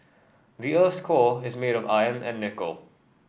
the earth's core is made of iron and nickel